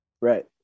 Right